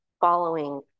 following